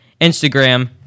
Instagram